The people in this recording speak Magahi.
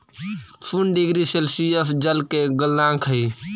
शून्य डिग्री सेल्सियस जल के गलनांक हई